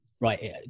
right